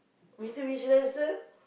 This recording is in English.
Mitsubishi Lancer